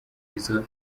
izo